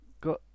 Got